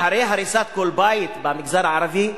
אחרי הריסת כל בית במגזר הערבי,